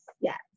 Yes